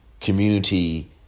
community